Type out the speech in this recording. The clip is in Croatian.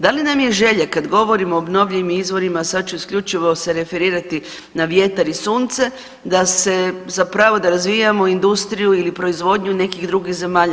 Da li nam je želja kada govorimo o obnovljivim izvorima, a sad ću isključivo se referirati na vjetar i sunce zapravo da razvijamo industriju ili proizvodnju nekih drugih zemalja.